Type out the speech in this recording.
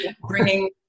bringing